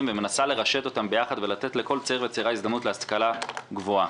ומנסה לרשת אותם יחד ולתת לכל צעיר וצעירה הזדמנות להשכלה גבוהה.